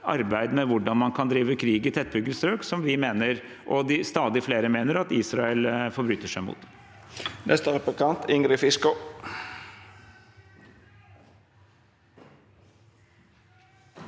arbeid med hvordan man kan drive krig i tettbygde strøk, som både vi og stadig flere mener at Israel forbryter seg mot.